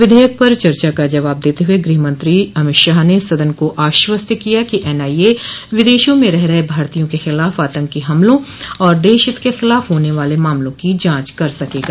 विधेयक पर चर्चा का जवाब देते हुए गृहमंत्री अमित शाह ने सदन को आश्वस्त किया कि एन आई ए विदेशों में रह रहे भारतीयों के खिलाफ आतंकी हमलों और देश हित के खिलाफ होने वाले मामलों की जांच कर सकेगा